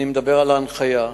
אני מדבר על ההנחיה,